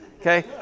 Okay